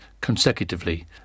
consecutively